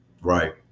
Right